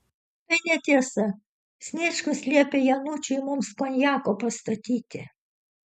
tai netiesa sniečkus liepė januičiui mums konjako pastatyti